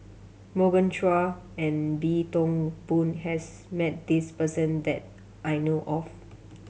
Morgan Chua and Wee Toon Boon has met this person that I know of